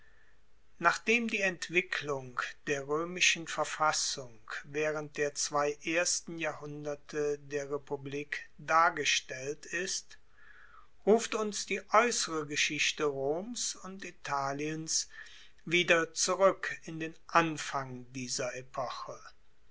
nachdem die entwicklung der roemischen verfassung waehrend der zwei ersten jahrhunderte der republik dargestellt ist ruft uns die aeussere geschichte roms und italiens wieder zurueck in den anfang dieser epoche